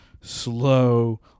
slow